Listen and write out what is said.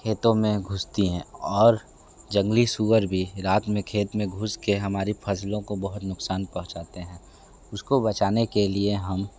खेतों में घुसती हैं और जंगली सूअर भी रात में खेत में घुस के हमारी फ़सलों को बहुत नुकसान पहुंचाते हैं उसको बचाने के लिए हम